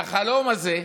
והחלום הזה,